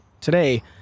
today